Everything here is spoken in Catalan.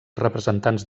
representants